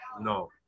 No